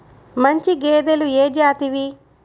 మంచి గేదెలు ఏ జాతివి?